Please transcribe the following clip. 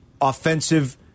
offensive